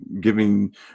giving